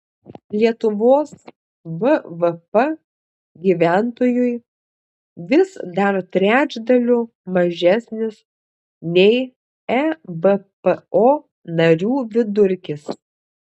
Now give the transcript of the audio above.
lietuvos bvp gyventojui vis dar trečdaliu mažesnis nei ebpo narių vidurkis